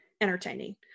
Entertaining